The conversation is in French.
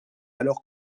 alors